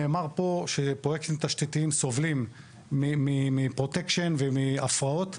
נאמר פה שפרויקטים תשתיתיים סובלים מפרוטקשן ומהפרעות.